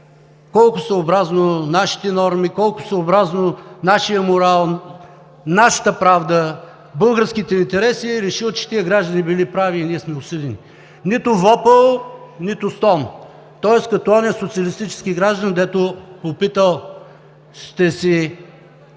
колко е съобразно с нашите норми, колко е съобразно с нашия морал, нашата правда, с българските интереси, че тези граждани били прави и сме осъдени. Нито вопъл, нито стон! Тоест като онзи социалистически гражданин, дето попитал: „Ще си